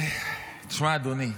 תשמע, אדוני,